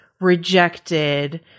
rejected